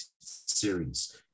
series